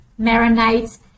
marinades